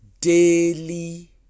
daily